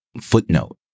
footnote